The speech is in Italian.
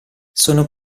sono